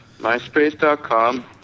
myspace.com